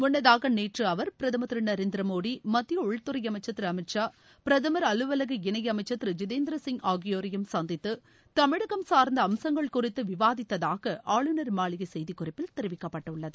முன்னதாகநேற்றுஅவர் பிரதமர் திருநரேந்திரமோடி மத்தியஉள்துறைஅமைச்சர் திருஅமித்ஷா பிரதமர் இணைஅமைச்சர் திரு ஜிதேந்திரசிங் ஆகியோரையும் சந்தித்துதமிழகம் சார்ந்தஅம்சங்கள் அலுவலக குறித்துவிவாதித்தாக ஆளுநர் மாளிகைசெய்திக்குறிப்பில் தெரிவிக்கப்பட்டுள்ளது